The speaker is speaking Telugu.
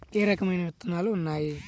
ఏ రకమైన విత్తనాలు ఉన్నాయి?